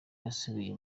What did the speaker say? yasubiye